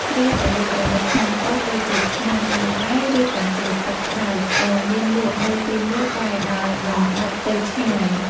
គ្រឿងអេឡិចត្រូនិចខ្នាតតូចដូចជាឆ្នាំងដាំបាយឬកំសៀវទឹកក្តៅក៏មានលក់នៅទីនោះដែរដោយមិនបាច់ទៅឆ្ងាយ។